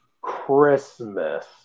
Christmas